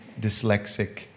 dyslexic